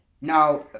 Now